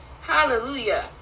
hallelujah